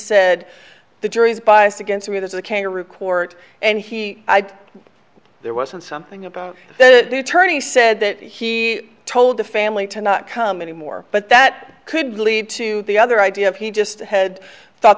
said the jury is biased against me there's a kangaroo court and he there wasn't something about the tourney said that he told the family to not come anymore but that could lead to the other idea if he just ahead thought